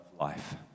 life